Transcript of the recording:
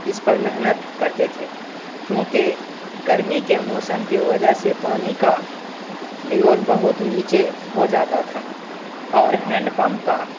اس پر محنت کرتے تھے کیونکہ گرمی کے موسم کے وجہ سے پانی کا لیول بہت نیچے ہو جاتا تھا اور ہینڈ پمپ کا